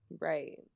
right